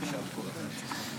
אדוני היושב-ראש, אני נמצא פה ביניכם